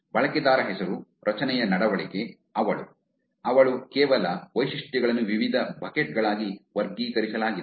ಬಳಕೆದಾರ ಹೆಸರು ರಚನೆಯ ನಡವಳಿಕೆ ಅವಳು ಅವಳು ಕೇವಲ ಉಲ್ಲೇಖಿತ ಸಮಯ 2946 ವೈಶಿಷ್ಟ್ಯಗಳನ್ನು ವಿವಿಧ ಬಕೆಟ್ ಗಳಾಗಿ ವರ್ಗೀಕರಿಸಲಾಗಿದೆ